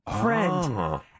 friend